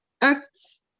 Acts